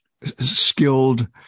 skilled